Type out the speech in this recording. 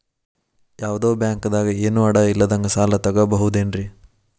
ಯಾವ್ದೋ ಬ್ಯಾಂಕ್ ದಾಗ ಏನು ಅಡ ಇಲ್ಲದಂಗ ಸಾಲ ತಗೋಬಹುದೇನ್ರಿ?